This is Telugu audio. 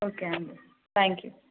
ఓకే అండి థ్యాంక్ యూ